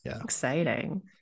Exciting